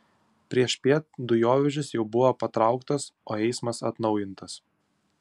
priešpiet dujovežis jau buvo patrauktas o eismas atnaujintas